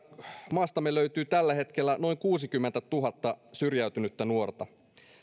maastamme löytyy tällä hetkellä noin kuusikymmentätuhatta syrjäytynyttä nuorta